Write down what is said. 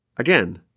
Again